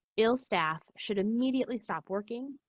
ill staff should immediately stop working.